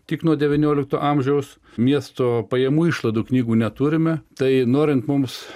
tik nuo devyniolikto amžiaus miesto pajamų išlaidų knygų neturime tai norint mums